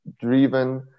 driven